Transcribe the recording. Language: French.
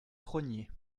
crosnier